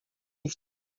ich